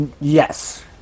Yes